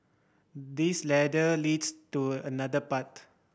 this ladder leads to another path